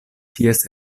ties